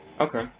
Okay